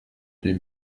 deux